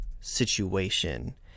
situation